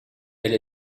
elle